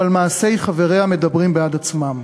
אבל מעשי חבריה מדברים בעד עצמם.